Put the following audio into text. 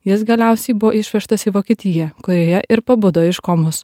jis galiausiai buvo išvežtas į vokietiją kurioje ir pabudo iš komos